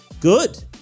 Good